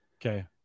Okay